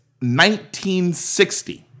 1960